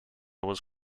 was